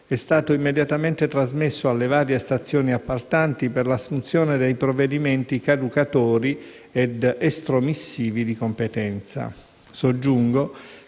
è stato immediatamente trasmesso alle grandi stazioni appaltanti per l'assunzione dei provvedimenti caducatori ed estromissivi di competenza. Soggiungo